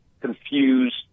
confused